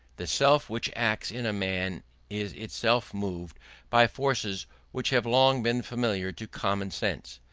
the self which acts in a man is itself moved by forces which have long been familiar to common sense,